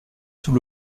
sous